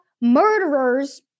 murderers